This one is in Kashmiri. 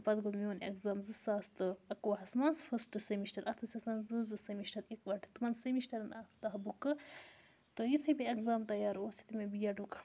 تہٕ پَتہٕ گوٚو میون اٮ۪کزام زٕ ساس تہٕ اَکہٕ وُہَس منٛز فٕسٹ سٮ۪مِسٹَر اَتھ ٲسۍ آسان زٕ زٕ سٮ۪مِسٹَر یِکہٕ وَٹہٕ تِمَن سٮ۪مِسٹرَن آسہٕ دَہ بُکہٕ تہٕ یُتھُے مےٚ اٮ۪کزام تیار اوس یُتھُے مےٚ بی اٮ۪ڈُک